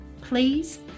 please